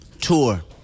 tour